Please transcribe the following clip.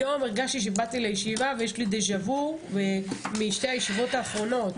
היום הרגשתי שבאתי לישיבה ויש לי דז'ה וו משתי הישיבות האחרונות,